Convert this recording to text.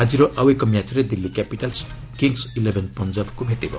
ଆକ୍ଟିର ଆଉ ଏକ ମ୍ୟାଚ୍ରେ ଦିଲ୍ଲୀ କ୍ୟାପିଟାଲ୍ସ କିଙ୍ଗସ୍ ଇଲେଭେନ୍ ପଞ୍ଜାବକୁ ଭେଟିବ